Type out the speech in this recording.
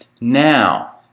Now